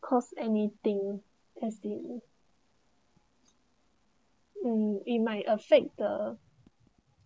cause anything as in mm it might affect the